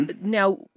Now